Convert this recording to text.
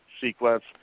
sequence